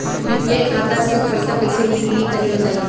UPI खाता से पइसा कइसे निकली तनि बताई?